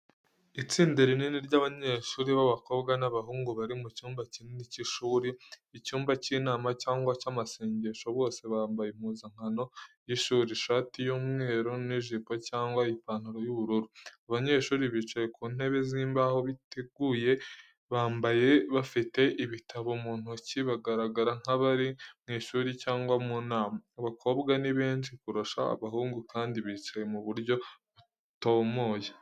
Itsinda rinini ry'abanyeshuri b’abakobwa n’abahungu bari mu cyumba kinini cy’ishuri, icyumba cy’inama cyangwa icy’amasengesho. Bose bambaye impuzankano y’ishuri ishati y’umweru n’ijipo cyangwa ipantaro y’ubururu. Abanyeshuri bicaye ku ntebe z’imbaho, biteguye, bamwe bafite ibitabo mu ntoki, bagaragara nk'abari mu ishuri cyangwa mu nama. Abakobwa ni benshi kurusha abahungu, kandi bicaye mu buryo butomoye .